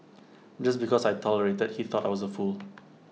just because I tolerated he thought I was A fool